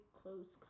close